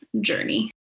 journey